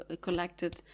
collected